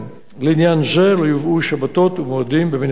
לעניין זה לא יובאו שבתות ומועדים במניין השעות".